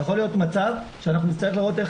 יכול להיות מצב שאנחנו נצטרך לראות איך